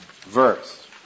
verse